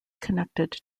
connected